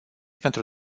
pentru